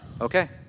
Okay